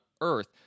earth